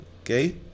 Okay